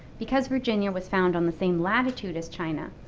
because virginia was found on the same latitude as china,